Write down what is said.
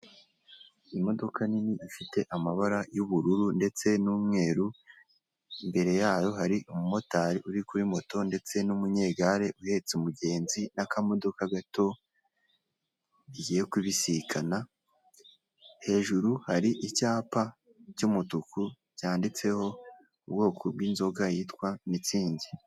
Imodoka nini ifite amabara y'ubururu, ndetse n'umweru, imbere yayo hari umumotari uri kuri moto, ndetse n'umunyegare uhetse umugenzi n'akamodoka gato bigigiye kubisikana, hejuru hari icyapa cy'umutuku cyanditseho ubwoko bw'inzoga yitwa mitsingi.